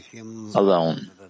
alone